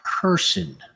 person